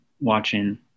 watching